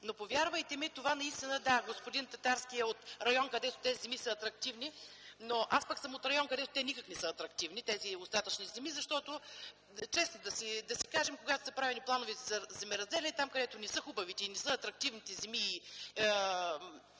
разпореждат с тях дългосрочно. Да, господин Татарски е от район, където тези земи са атрактивни, но аз пък съм от район, където те никак не са атрактивни – тези остатъчни земи, защото, да си кажем честно, когато са правили плановете за земеразделяне, там, където не са хубавите и атрактивните земи и